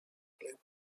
claim